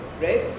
right